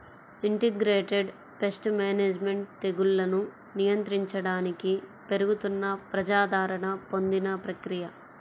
integrated pest management తెగుళ్లను నియంత్రించడానికి పెరుగుతున్న ప్రజాదరణ పొందిన ప్రక్రియ